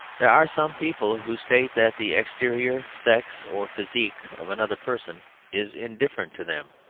there are some people who state that the exterior, sex, or physique of another person is indifferent to them,